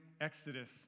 Exodus